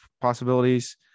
possibilities